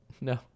No